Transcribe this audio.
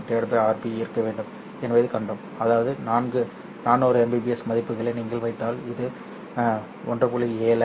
7 RB இருக்க வேண்டும் என்பதைக் கண்டோம் அதாவது 400 Mbps மதிப்புகளை நீங்கள் வைத்தால் இது 1